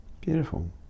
Beautiful